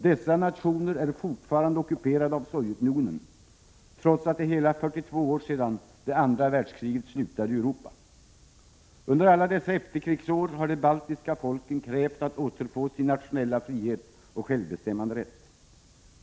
Dessa nationer är fortfarande ockuperade av Sovjetunionen, trots att det är hela 42 år sedan det andra världskriget slutade i Europa. Under alla dessa efterkrigsår har de baltiska folken krävt att återfå sin nationella frihet och självbestämmanderätt.